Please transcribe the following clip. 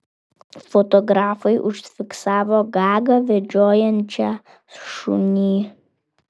fotografai užfiksavo gagą vedžiojančią šunį